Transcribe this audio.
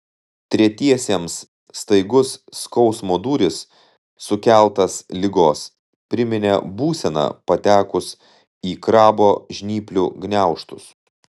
tretiesiems staigus skausmo dūris sukeltas ligos priminė būseną patekus į krabo žnyplių gniaužtus